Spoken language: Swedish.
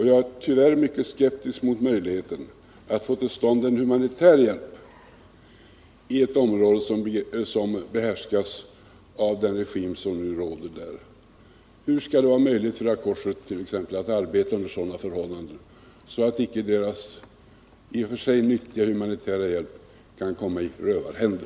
Jag är tyvärr mycket skeptisk mot möjligheten att få till stånd humanitär hjälp i ett område som behärskas av den regim som nu råder i Kampuchea. Hur skall det vara möjligt för t.ex. Röda korset att arbeta under sådana förhållanden, utan att dess i och för sig nyttiga humanitära hjälp kommer i rövarhänder?